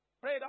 Pray